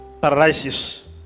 paralysis